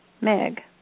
Meg